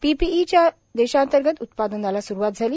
PPE च्या देशांतर्गत उत्पादनाला स्रूवात झाली